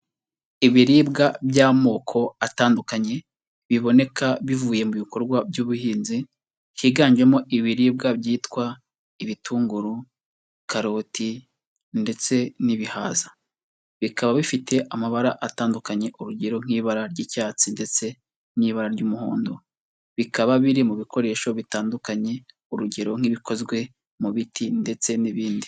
Ibiribwa by'amoko atandukanye biboneka bivuye mu bikorwa by'ubuhinzi higanjemo ibiribwa byitwa ibitunguru, karoti ndetse n'ibihaza, bikaba bifite amabara atandukanye urugero nk'ibara ry'icyatsi ndetse n'ibara ry'umuhondo, bikaba biri mu bikoresho bitandukanye urugero nk'ibikozwe mu biti ndetse n'ibindi.